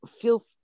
feel